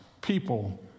people